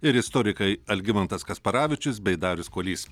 ir istorikai algimantas kasparavičius bei darius kuolys